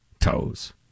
toes